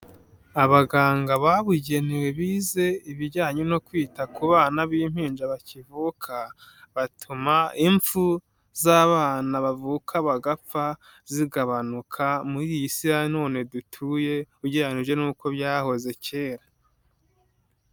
Abaganga babugenewe bize ibijyanye no kwita ku bana b'impinja bakivuka, batuma ipfu z'abana bavuka bagapfa zigabanuka muri iyi si ya none dutuye, ugereranyije nuko byahoze kera.